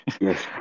Yes